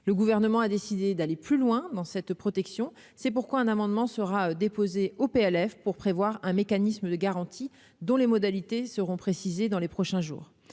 le gouvernement a décidé d'aller plus loin dans cette protection, c'est pourquoi un amendement sera déposé au PLF. Pour prévoir un mécanisme de garantie, dont les modalités seront précisées dans les prochains jours,